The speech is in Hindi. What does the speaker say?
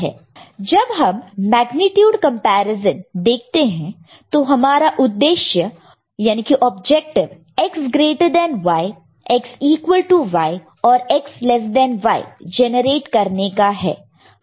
जब हम मेग्नीट्यूड कॅम्पैरिसॅन देखते हैं तो हमारा उद्देश्य objective objective X greater than Y X equal to Y और X less than Y generate करने का है